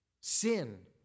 Sin